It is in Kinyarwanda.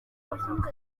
avuga